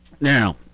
Now